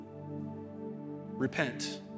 Repent